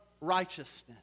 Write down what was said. righteousness